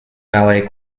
ballet